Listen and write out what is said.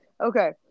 Okay